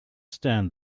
stand